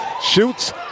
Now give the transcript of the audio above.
shoots